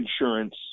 insurance